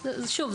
שוב,